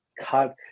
cut